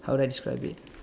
how do I describe it